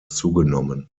zugenommen